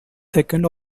second